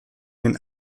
den